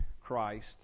Christ